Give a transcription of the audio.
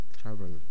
travel